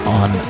on